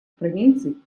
провинций